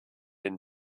den